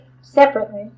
separately